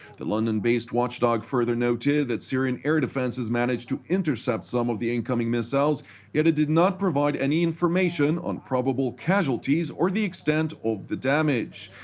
the london-based watchdog further noted that syrian air defenses managed to intercept some of the incoming missiles, yet it did not provide any information on probable casualties or the extent of the damage.